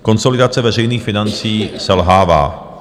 Konsolidace veřejných financí selhává.